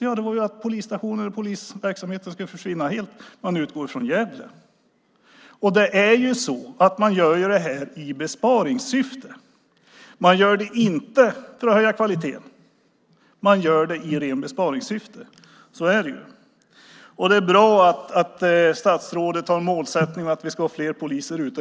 Ja, alternativet var att polisverksamheten helt skulle försvinna och att utgå från Gävle. Dessutom är det så att man gör det här i rent besparingssyfte, inte för att höja kvaliteten; så är det. Det är bra att statsrådet har målsättningen att vi ska ha fler poliser ute.